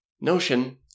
Notion